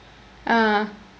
ah